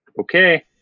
okay